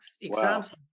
exams